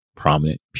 prominent